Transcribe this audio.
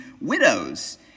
widows